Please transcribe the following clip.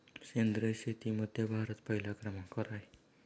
सेंद्रिय शेतीमध्ये भारत पहिल्या क्रमांकावर आहे